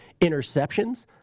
Interceptions